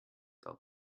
that